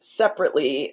separately